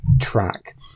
track